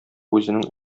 үзенең